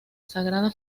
sagrada